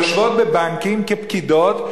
יושבות בבנקים כפקידות.